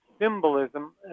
symbolism